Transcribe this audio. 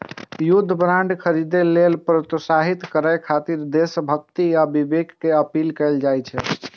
युद्ध बांड खरीदै लेल प्रोत्साहित करय खातिर देशभक्ति आ विवेक के अपील कैल जाइ छै